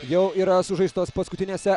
jau yra sužaistos paskutinėse